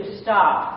stop